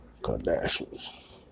Kardashians